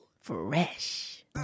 Fresh